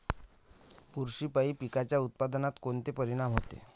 बुरशीपायी पिकाच्या उत्पादनात कोनचे परीनाम होते?